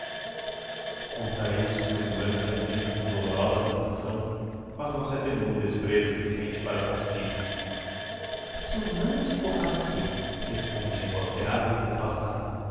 contrahiu se o semblante á zina com dolorosa sensação mas não se atenua o desprezo que sente para comsigo se o não escorraçei responde em voz grave e compassada